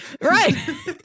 right